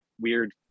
weird